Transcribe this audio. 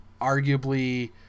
arguably